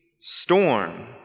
storm